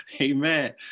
Amen